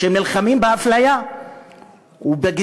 שנלחמים באפליה ובגזענות.